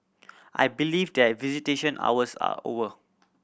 I believe that visitation hours are over